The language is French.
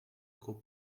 encore